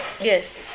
Yes